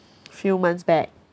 few months back